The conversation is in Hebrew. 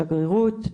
יש שקוראים